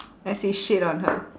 as he shit on her